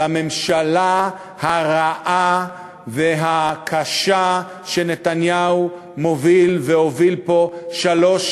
לממשלה הרעה והקשה שנתניהו מוביל והוביל פה שלוש קדנציות.